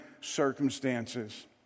circumstances